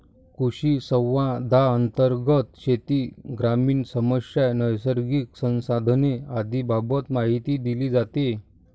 कृषिसंवादांतर्गत शेती, ग्रामीण समस्या, नैसर्गिक संसाधने आदींबाबत माहिती दिली जाते